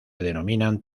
denominan